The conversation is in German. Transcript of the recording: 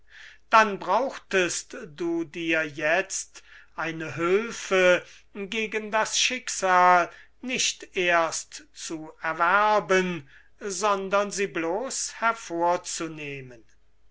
dann brauchtest du dir jetzt eine hülfe gegen das schicksal nicht erst zu erwerben sondern sie hervorzunehmen